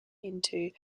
into